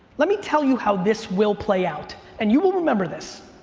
let me tell you how this will play out, and you will remember this.